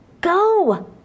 Go